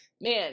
man